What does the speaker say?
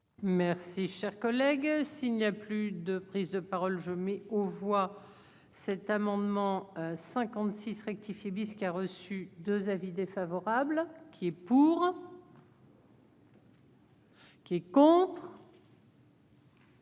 Merci, cher collègue, s'il n'y a plus de prise de parole, je mets aux voix cet amendement 56 rectifié bis qui a reçu 2 avis défavorables qui est. On compté